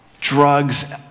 Drugs